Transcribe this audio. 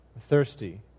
thirsty